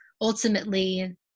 ultimately